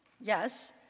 Yes